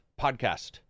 Podcast